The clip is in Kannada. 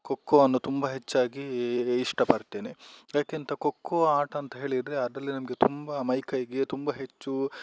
ಕೊಕ್ಕೊ ಅನ್ನು ತುಂಬ ಹೆಚ್ಚಾಗಿ ಇಷ್ಟಪಡ್ತೇನೆ ಯಾಕೆ ಅಂತ ಕೊಕ್ಕೊ ಆಟ ಅಂತಹೇಳಿದ್ರೆ ಅದರಲ್ಲಿ ನಮಗೆ ತುಂಬಾ ಮೈಕೈಗೆ ತುಂಬಾ ಹೆಚ್ಚು